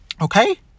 Okay